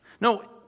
No